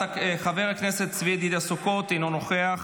חבר הכנסת צבי ידידיה סוכות אינו נוכח,